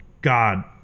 God